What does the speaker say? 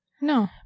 No